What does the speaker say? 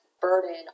burden